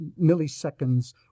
milliseconds